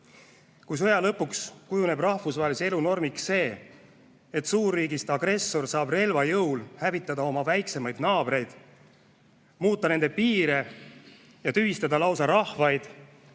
Kui sõja lõpuks kujuneb rahvusvahelise elu normiks see, et suurriigist agressor saab relva jõul hävitada oma väiksemaid naabreid, muuta nende piire ja tühistada lausa rahvaid,